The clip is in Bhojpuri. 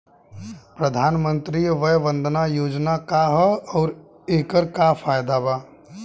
प्रधानमंत्री वय वन्दना योजना का ह आउर एकर का फायदा बा?